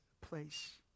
place